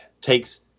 takes